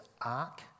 ark